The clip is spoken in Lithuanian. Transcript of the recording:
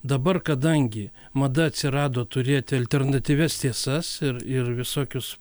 dabar kadangi mada atsirado turėti alternatyvias tiesas ir ir visokius